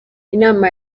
inama